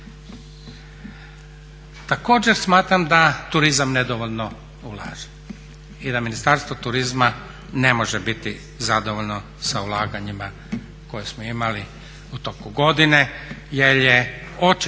Također smatram da turizam nedovoljno ulaže i da Ministarstvo turizma ne može biti zadovoljno sa ulaganjima koja smo imali u toku godine jer je očito